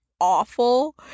awful